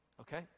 okay